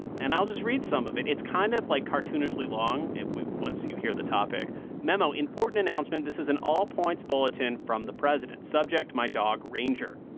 and i'll just read some of it. it's kind of, like, cartoonishly long once you hear the topic memo important announcement. this is an all-points bulletin from the president. subject my dog, ranger.